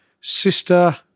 sister